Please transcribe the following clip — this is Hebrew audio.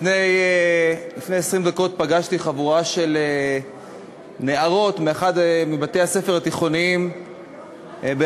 לפני 20 דקות פגשתי חבורה של נערות מאחד מבתי-הספר התיכוניים בארץ.